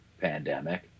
pandemic